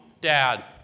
dad